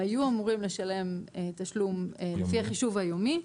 היו אמורים לשלם את התשלום לפי החישוב היומי,